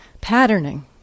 patterning